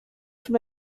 from